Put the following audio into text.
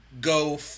go